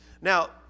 Now